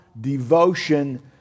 devotion